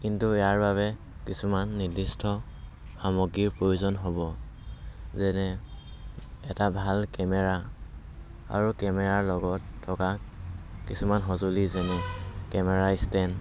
কিন্তু ইয়াৰ বাবে কিছুমান নিৰ্দিষ্ট সামগ্ৰীৰ প্ৰয়োজন হ'ব যেনে এটা ভাল কেমেৰা আৰু কেমেৰাৰ লগত থকা কিছুমান সঁজুলি যেনে কেমেৰা ষ্টেণ্ড